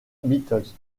beatles